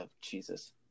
Jesus